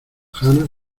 jana